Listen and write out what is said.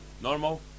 normal